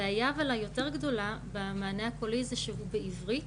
הבעיה אבל היותר גדולה במענה הקולי זה שהוא בעברית,